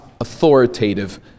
authoritative